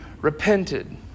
repented